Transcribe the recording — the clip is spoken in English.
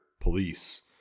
police